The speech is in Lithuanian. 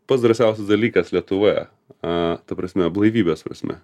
pats drąsiausias dalykas lietuvoje a ta prasme blaivybės prasme